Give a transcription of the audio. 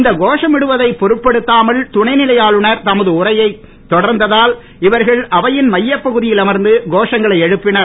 இந்த கோஷமிடுவதை பொருட்படுத்தாமல் துணைநிலை ஆளுநர் தமது உரையை தொடர்ந்ததால் இவர்கள் அவையின் மையப்பகுதியில் அமர்ந்து கோஷங்களை எழுப்பினர்